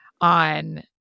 on